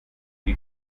die